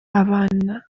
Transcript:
abana